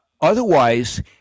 Otherwise